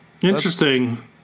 Interesting